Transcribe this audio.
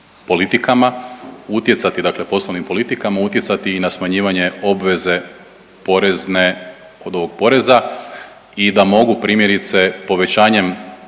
politikama utjecati, dakle poslovnim politikama utjecati i na smanjivanje obveze porezne od ovog poreza i da mogu primjerice, povećanjem